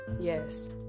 yes